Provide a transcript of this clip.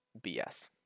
BS